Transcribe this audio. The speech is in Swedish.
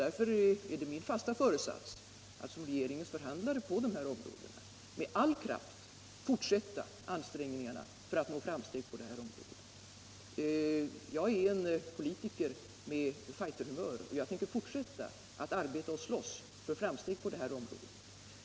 Därför är det min fasta föresats att som regeringens förhandlare på detta område med all kraft fortsätta ansträngningarna för att nå framsteg. Jag är en politiker med fighterhumör, och jag tänker fortsätta att arbeta och slåss för framsteg på det här området.